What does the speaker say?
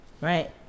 Right